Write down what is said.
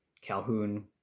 Calhoun